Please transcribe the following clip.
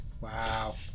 Wow